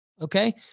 Okay